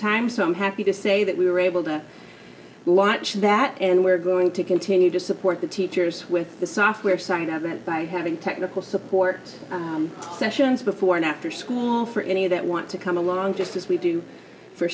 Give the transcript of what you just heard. times so i'm happy to say that we were able to launch that and we're going to continue to support the teachers with the software signing event by having technical support sessions before and after school for any of that want to come along just as we do for